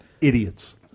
idiots